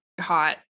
hot